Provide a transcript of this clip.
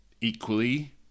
Equally